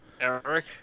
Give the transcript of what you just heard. Eric